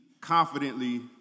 confidently